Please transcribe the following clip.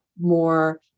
more